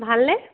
ভালনে